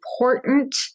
important